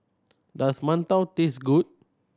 does Mantou taste good